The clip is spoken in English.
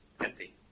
Empty